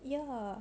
ya